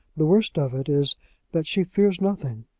the worst of it is that she fears nothing.